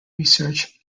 research